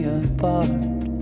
apart